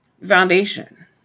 foundation